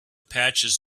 patches